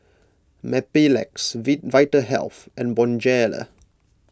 Mepilex Vitahealth and Bonjela